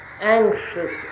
anxious